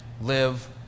Live